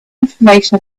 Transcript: information